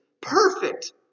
perfect